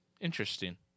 Interesting